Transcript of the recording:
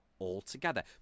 altogether